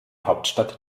hauptstadt